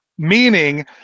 Meaning